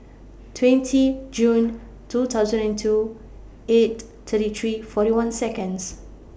twenty June two thousand and two eight thirty three forty one Seconds